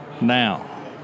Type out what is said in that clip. Now